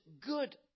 good